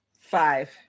Five